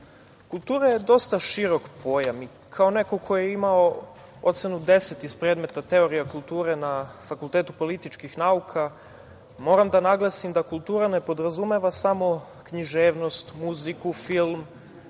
je dosta širok pojam i kao neko ko je imao ocenu 10 iz predmeta Teorija kulture na Fakultetu političkih nauka, moram da naglasim da kultura ne podrazumeva samo književnost, muziku, film,